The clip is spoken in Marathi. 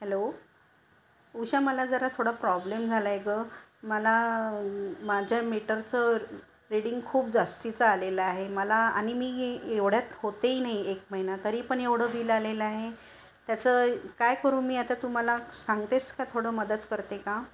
हॅलो उषा मला जरा थोडा प्रॉब्लेम झाला आहे गं मला माझ्या मीटरचं रिडिंग खूप जास्तच आलेलं आहे मला आणि मी एवढ्यात होतेही नाही एक महिना तरी पण एवढं बिल आलेलं आहे त्याचं काय करू मी आता तू मला सांगतेस का थोडं मदत करते का